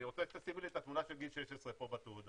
אני רוצה שתשימי לי את התמונה של גיל 16 פה בתעודה'.